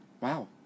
Wow